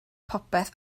popeth